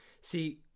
see